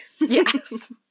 Yes